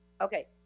okay